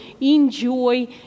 enjoy